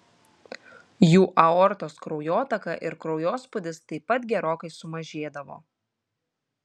jų aortos kraujotaka ir kraujospūdis taip pat gerokai sumažėdavo